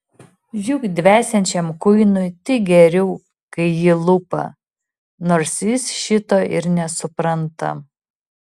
juk dvesiančiam kuinui tik geriau kai jį lupa nors jis šito ir nesupranta